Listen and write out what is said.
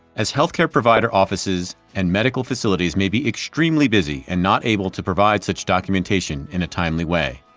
as health care provider offices and medical facilities may be extremely busy and not able to provide such documentation in a timely way.